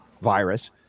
virus